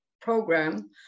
Program